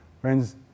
Friends